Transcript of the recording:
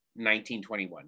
1921